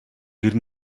гэр